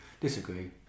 disagree